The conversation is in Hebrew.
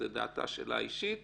זאת דעתה האישית שלה,